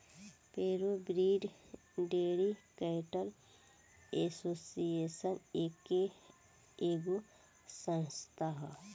pure breed dairy cattle association एगो संस्था ह